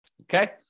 Okay